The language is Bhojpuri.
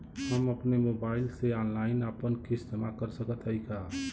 हम अपने मोबाइल से ऑनलाइन आपन किस्त जमा कर सकत हई का?